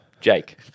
Jake